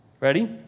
Ready